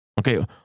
Okay